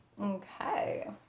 okay